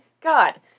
God